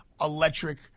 electric